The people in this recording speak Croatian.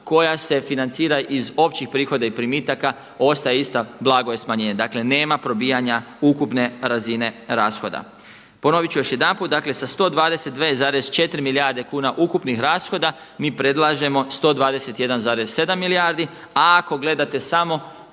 koja se financira iz općih prihoda i primitaka ostaje ista, blago je smanjenje. Dakle nema probijanja ukupne razine rashoda. Ponovit ću još jedanput, dakle sa 122,4 milijarde kuna ukupnih rashoda mi predlažemo 121,7 milijardi a ako gledate smo